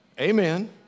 Amen